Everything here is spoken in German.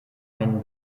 einen